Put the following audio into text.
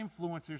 influencers